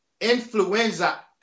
influenza